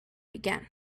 again